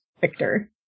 Victor